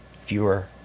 fewer